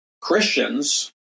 Christians